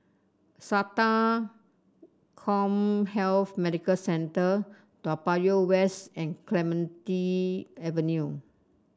SATA CommHealth Medical Centre Toa Payoh West and Clementi Avenue